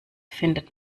findet